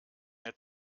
mehr